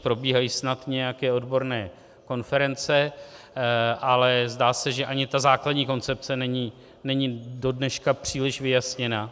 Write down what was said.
Probíhají snad nějaké odborné konference, ale zdá se, že ani ta základní koncepce není dodneška příliš vyjasněna.